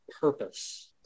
purpose